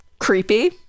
creepy